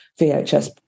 VHS